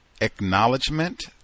acknowledgement